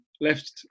Left